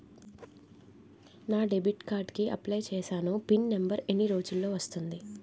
నా debit card కి apply చూసాను పిన్ నంబర్ ఎన్ని రోజుల్లో వస్తుంది?